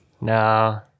No